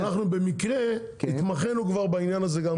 אנחנו במקרה התמחינו כבר בעניין הזה גם כן.